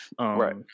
Right